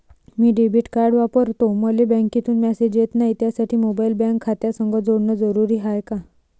मी debit card वापरतो मले बँकेतून मॅसेज येत नाही, त्यासाठी मोबाईल बँक खात्यासंग जोडनं जरुरी हाय का?